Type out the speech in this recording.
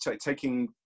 taking